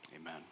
amen